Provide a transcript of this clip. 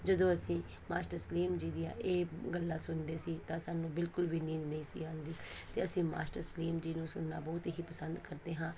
ਜਦੋਂ ਅਸੀਂ ਮਾਸਟਰ ਸਲੀਮ ਜੀ ਦੀਆਂ ਇਹ ਗੱਲਾਂ ਸੁਣਦੇ ਸੀ ਤਾਂ ਸਾਨੂੰ ਬਿਲਕੁਲ ਵੀ ਨੀਂਦ ਨਹੀਂ ਸੀ ਆਉਂਦੀ ਅਤੇ ਅਸੀਂ ਮਾਸਟਰ ਸਲੀਮ ਜੀ ਨੂੰ ਸੁਣਨਾ ਬਹੁਤ ਹੀ ਪਸੰਦ ਕਰਦੇ ਹਾਂ